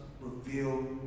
reveal